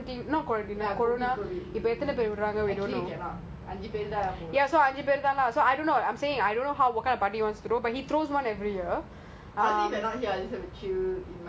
like you can call friends like plus one ya COVID COVID actually cannot